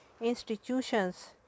institutions